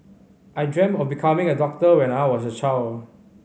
I dreamt of becoming a doctor when I was a child